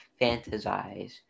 fantasize